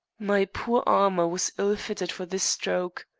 my poor armor was ill-fitted for this stroke.